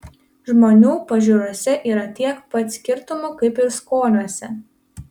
žmonių pažiūrose yra tiek pat skirtumų kaip ir skoniuose